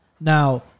Now